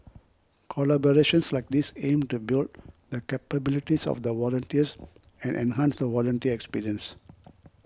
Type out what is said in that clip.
collaborations like these aim to build the capabilities of the volunteers and enhance the volunteer experience